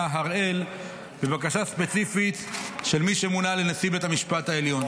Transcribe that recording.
הראל בבקשה ספציפית של מי שמונה לנשיא בית המשפט העליון.